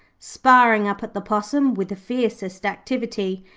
sparring up at the possum with the fiercest activity.